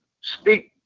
speak